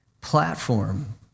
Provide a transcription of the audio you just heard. platform